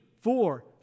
four